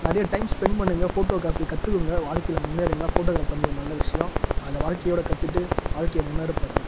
நிறையா time spend பண்ணுங்கள் photo copy கத்துக்கோங்க வாழ்க்கையில முன்னேறுங்க ஃபோட்டோக்ராப் வந்து ஒரு நல்ல விஷயம் அத வாழ்க்கையோட கற்றுட்டு வாழ்க்கையில முன்னேற பாருங்கள்